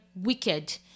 wicked